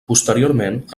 posteriorment